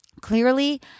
Clearly